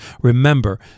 Remember